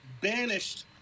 banished